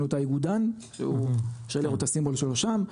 את האיגודן שהוא אפשר לראות את הסימבול שלו שם,